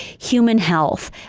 human health,